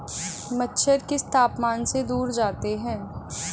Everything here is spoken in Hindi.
मच्छर किस तापमान से दूर जाते हैं?